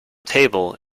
table